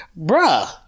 bruh